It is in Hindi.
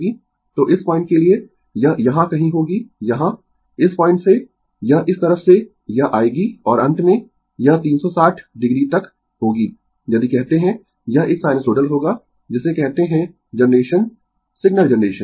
तो इस पॉइंट के लिए यह यहां कहीं होगी यहाँ इस पॉइंट से यह इस तरफ से यह आएगी और अंत में यह 360 o तक होगी यदि करते है यह एक साइनसोइडल होगा जिसे कहते है जनरेशन सिग्नल जनरेशन